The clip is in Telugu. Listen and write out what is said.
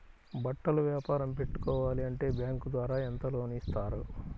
బట్టలు వ్యాపారం పెట్టుకోవాలి అంటే బ్యాంకు ద్వారా ఎంత లోన్ ఇస్తారు?